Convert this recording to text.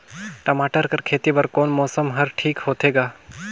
टमाटर कर खेती बर कोन मौसम हर ठीक होथे ग?